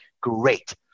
great